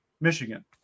Michigan